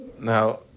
now